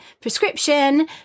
prescription